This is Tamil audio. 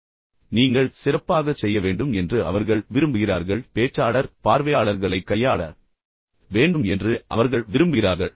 எனவே பேச்சாளர் வழிநடத்த வேண்டும் நீங்கள் சிறப்பாகச் செய்ய வேண்டும் என்று அவர்கள் விரும்புகிறார்கள் பேச்சாளர் பார்வையாளர்களைக் கையாள வேண்டும் என்று அவர்கள் விரும்புகிறார்கள்